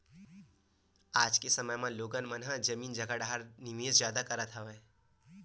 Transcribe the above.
आज के समे म लोगन मन ह जमीन जघा डाहर निवेस जादा करत हवय